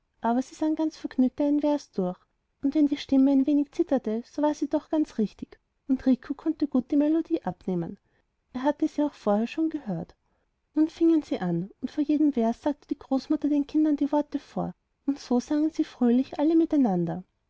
aber sie sang ganz vergnügt einen vers durch und wenn die stimme ein wenig zitterte so war sie doch ganz richtig und rico konnte ihr gut die melodie abnehmen er hatte sie auch vorher schon gehört nun fingen sie an und vor jedem vers sagte die großmutter den kindern die worte vor und so sangen sie fröhlich alle miteinander